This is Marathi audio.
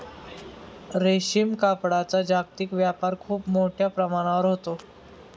रेशीम कापडाचा जागतिक व्यापार खूप मोठ्या प्रमाणावर होतो